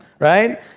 right